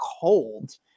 cold